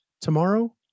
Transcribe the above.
tomorrow